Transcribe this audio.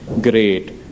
great